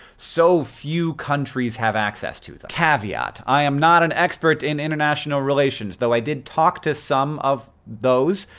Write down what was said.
so few countries have access to them. caveat. i am not an expert in international relations, though i did talk to some of those,